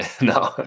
No